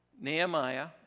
Nehemiah